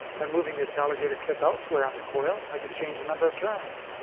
by moving this alligator clip elsewhere on the coil i can change the number of turns,